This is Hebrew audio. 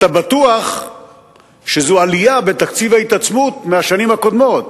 אתה בטוח שזו עלייה בתקציב ההתעצמות מתקציב השנים הקודמות,